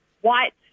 white